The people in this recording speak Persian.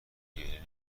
گریه